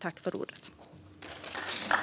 till utskottets förslag.